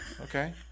okay